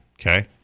Okay